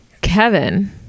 Kevin